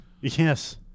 Yes